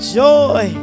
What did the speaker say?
joy